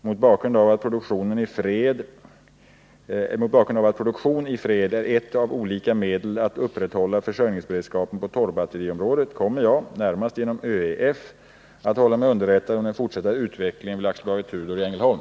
Mot bakgrund av att produktion i fred är ett av olika medel att upprätthålla försörjningsberedskapen på torrbatteriområdet kommer jag, närmast genom ÖEF, att hålla mig underrättad om den fortsatta utvecklingen vid AB Tudor i Ängelholm.